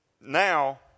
Now